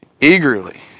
Eagerly